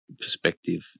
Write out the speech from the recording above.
perspective